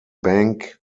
bank